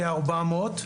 כ-400.